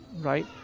right